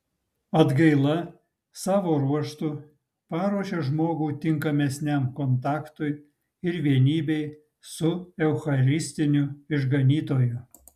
atgaila savo ruožtu paruošia žmogų tinkamesniam kontaktui ir vienybei su eucharistiniu išganytoju